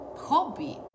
hobby